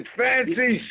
fancy